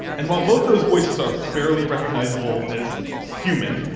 and while both those voices are barely recognizable as human,